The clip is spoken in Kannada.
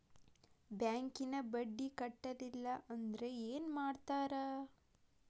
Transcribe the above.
ಬ್ಯಾಂಕಿನ ಬಡ್ಡಿ ಕಟ್ಟಲಿಲ್ಲ ಅಂದ್ರೆ ಏನ್ ಮಾಡ್ತಾರ?